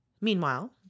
Meanwhile